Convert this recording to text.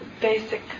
basic